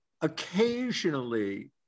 occasionally